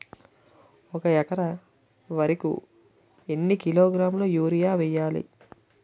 ఒక ఎకర వరి కు ఎన్ని కిలోగ్రాముల యూరియా వెయ్యాలి?